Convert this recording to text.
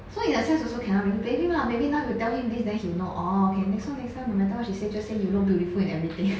so in a sense also cannot really blame him lah maybe now you tell him this then he will know orh okay next time next time no matter what she say just say you look beautiful and everything